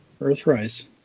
Earthrise